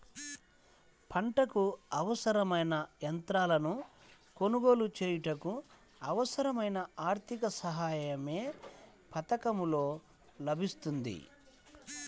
పంటకు అవసరమైన యంత్రాలను కొనగోలు చేయుటకు, అవసరమైన ఆర్థిక సాయం యే పథకంలో లభిస్తుంది?